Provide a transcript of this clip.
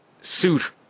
suit